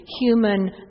human